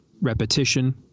repetition